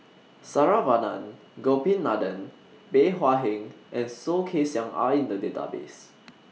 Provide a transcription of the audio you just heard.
Saravanan Gopinathan Bey Hua Heng and Soh Kay Siang Are in The Database